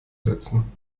setzen